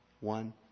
one